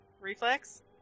Reflex